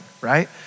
right